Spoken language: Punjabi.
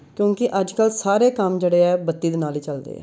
ਕਿਉਂਕਿ ਅੱਜ ਕੱਲ੍ਹ ਸਾਰੇ ਕੰਮ ਜਿਹੜੇ ਹੈ ਬੱਤੀ ਦੇ ਨਾਲ ਹੀ ਚੱਲਦੇ ਆ